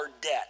debt